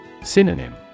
Synonym